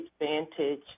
advantage